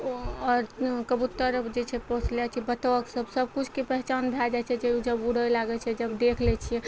आओर कबूतर जे छै पोइस लै छियै बतक सबकिछुके पहिचान भए जाइ छै जे जब उड़य लागय छै जब देख लै छियै